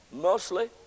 mostly